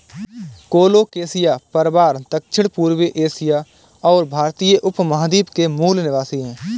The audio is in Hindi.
कोलोकेशिया परिवार दक्षिणपूर्वी एशिया और भारतीय उपमहाद्वीप के मूल निवासी है